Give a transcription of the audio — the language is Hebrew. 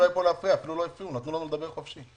נתנו לנו לדבר חופשי.